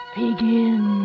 begin